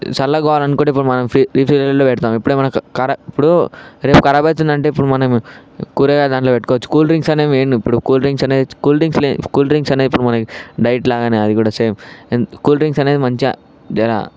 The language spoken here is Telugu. చల్లగా కావాలనుకుంటే ఇప్పుడు మనం రిఫ్రిజిరేటర్లో పెడతాం ఇప్పుడు ఇప్పుడు రేపు కరాబ్ అవుతుంది అంటే ఇప్పుడు మనము కూరగాయలు దాంట్లో పెట్టుకోవచ్చు కూల్ డ్రింక్స్ అనేవి ఇప్పుడు cool drinks cool drinks cool drinks అనేది ఇప్పుడు డైట్ల అది కూడా సేమ్ కూల్ డ్రింక్స్ అనేవి మంచిగా జరా